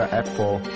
Apple